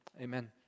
Amen